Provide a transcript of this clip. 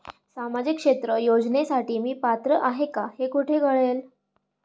सामाजिक क्षेत्र योजनेसाठी मी पात्र आहे का हे कुठे कळेल?